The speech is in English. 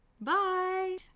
bye